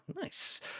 Nice